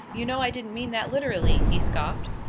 you know i didn't mean that literally! he scoffed.